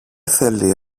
θέλει